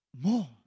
more